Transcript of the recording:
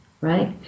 right